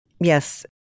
Yes